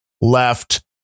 left